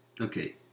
Okay